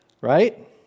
Right